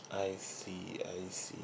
I see I see